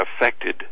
affected